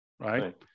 right